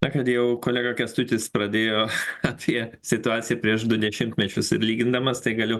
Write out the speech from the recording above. na kad jau kolega kęstutis pradėjo apie situaciją prieš du dešimtmečius ir lygindamas tai galiu